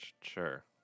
Sure